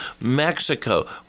Mexico